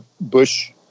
Bush